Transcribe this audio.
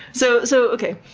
so so, okay,